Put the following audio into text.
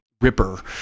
ripper